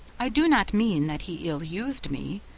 i do not mean that he ill-used me,